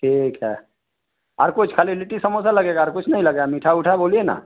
ठीक है और कुछ खाली लिट्टी समोसा लगेगा और कुछ नहीं लगे मीठा ऊठा बोलिए न